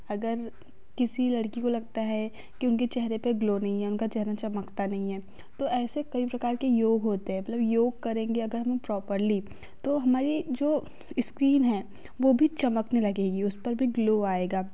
अगर किसी लड़की को लगता है की उनके चेहरे पर ग्लो नहीं है उनका चेहरा चमकता नहीं है तो ऐसे कई प्रकार के योग होते हैं मतलब योग करेंगे अगर हम प्रोपरली तो हमारी जो स्किन है वह भी चमकने लगेगी उस पर भी ग्लो आएगा